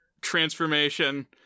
transformation